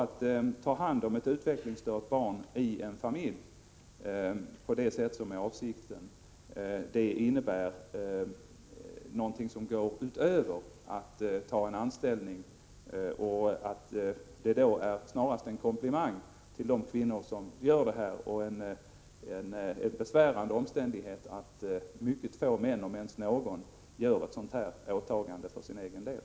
Att ta hand om ett utvecklingsstört barn i en familj på det sätt som är avsikten tror jag innebär någonting som går utöver att ta en anställning och att det snarast är en komplimang till de kvinnor som gör detta. Jag tycker att det är en besvärande omständighet att mycket få män, om ens någon, fullgör ett sådant här åtagande för sin egen del.